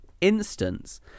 instance